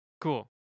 cool